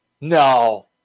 No